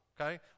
okay